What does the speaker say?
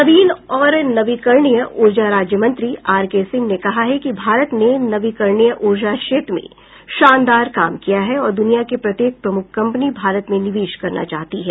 नवीन और नवीकरणीय ऊर्जा राज्यमंत्री आर के सिंह ने कहा है कि भारत ने नवीकरणीय ऊर्जा क्षेत्र में शानदार काम किया है और दुनिया की प्रत्येक प्रमुख कंपनी भारत में निवेश करना चाहती है